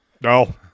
no